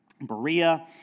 Berea